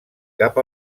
cap